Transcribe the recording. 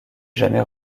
jamais